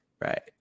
right